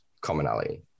commonality